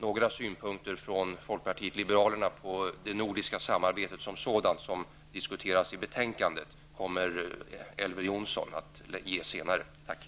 Några synpunkter från folkpartiet liberalerna på det nordiska samarbete som behandlas i betänkandet kommer Elver Jonsson att ge senare i debatten.